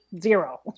zero